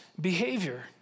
behavior